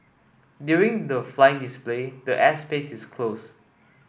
during the flying display the air space is closed